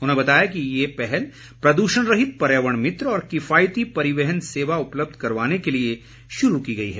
उन्होंने बताया कि ये पहल प्रदूषण रहित पर्यावरण मित्र और किफायती परिवहन सेवा उपलब्ध करवाने के लिए शुरू की गई है